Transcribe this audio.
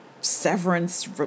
severance